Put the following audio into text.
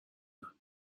یاد